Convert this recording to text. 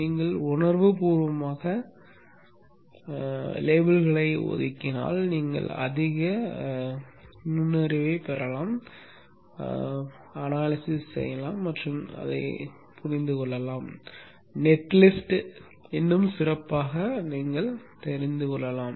நீங்கள் உணர்வுபூர்வமாக லேபிள்களை ஒதுக்கினால் நீங்கள் அதிக நுண்ணறிவைப் பெறலாம் பகுப்பாய்வு செய்யலாம் மற்றும் தெரிந்துகொள்ளலாம் நெட் லிஸ்ட்டை இன்னும் சிறப்பாகப் புரிந்து கொள்ளலாம்